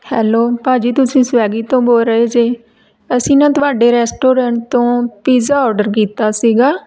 hello ਭਾਅ ਜੀ ਤੁਸੀਂ ਸਵੈਗੀ ਤੋਂ ਬੋਲ ਰਹੇ ਜੇ ਅਸੀਂ ਨਾ ਤੁਹਾਡੇ ਰੈਸਟੋਰੈਂਟ ਤੋਂ ਪੀਜ਼ਾ ਔਡਰ ਕੀਤਾ ਸੀਗਾ